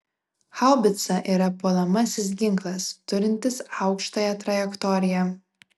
haubica yra puolamasis ginklas turintis aukštąją trajektoriją